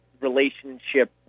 relationship